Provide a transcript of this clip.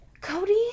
Cody